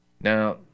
Now